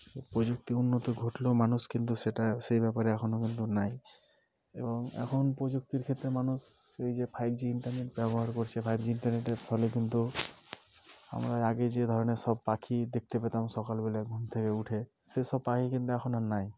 so প্রযুক্তি উন্নত ঘটলেও মানুষ কিন্তু সেটা সেই ব্যাপারে এখনও কিন্তু নেই এবং এখন প্রযুক্তির ক্ষেত্রে মানুষ সেই যে ফাইভ জি ইন্টারনেট ব্যবহার করছে ফাইভ জি ইন্টারনেটের ফলে কিন্তু আমরা আগে যে ধরনের সব পাখি দেখতে পেতাম সকালবেলায় ঘুম থেকে উঠে সেসব পাখি কিন্তু এখন আর নেই